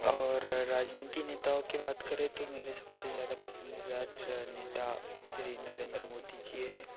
और राजनीति नेताओं की बात करें तो मेरे सबसे ज्यादा पसंदीदा राज नेता श्री नरेंद्र मोदी जी हैं